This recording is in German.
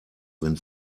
wenn